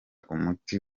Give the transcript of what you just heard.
umuti